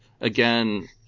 Again